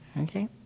okay